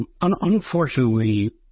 Unfortunately